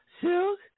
Silk